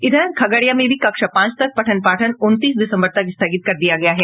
इधर खगड़िया में भी कक्षा पांच तक पठन पाठन उनतीस दिसंबर तक स्थगित कर दिया गया है